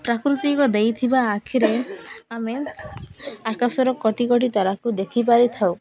ପ୍ରାକୃତିକ ଦେଇଥିବା ଆଖିରେ ଆମେ ଆକାଶର କୋଟି କୋଟି ତାରାକୁ ଦେଖିପାରି ଥାଉ